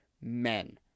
men